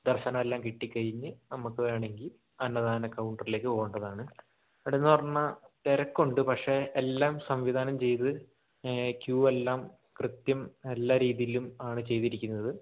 ദർശനം എല്ലാം കിട്ടിക്കഴിഞ്ഞ് നമ്മൾക്ക് വേണമെങ്കിൽ അന്നദാന കൗണ്ടറിലേക്ക് പോകേണ്ടതാണ് അവിടെ നിന്ന് പറഞ്ഞാൽ തിരക്കുണ്ട് പക്ഷെ എല്ലാം സംവിധാനം ചെയ്ത് ക്യു എല്ലാം കൃത്യം എല്ലാ രീതിയിലും ആണ് ചെയ്തിരിക്കുന്നത്